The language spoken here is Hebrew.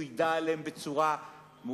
והוא ידע עליהם בצורה מעוותת,